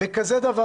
בכזה מצב,